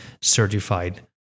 certified